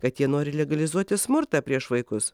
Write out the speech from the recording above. kad jie nori legalizuoti smurtą prieš vaikus